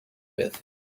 with